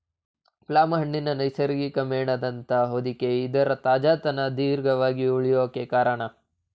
plum ಹಣ್ಣಿನ ನೈಸರ್ಗಿಕ ಮೇಣದಂಥ ಹೊದಿಕೆ ಇದರ ತಾಜಾತನ ದೀರ್ಘವಾಗಿ ಉಳ್ಯೋಕೆ ಕಾರ್ಣ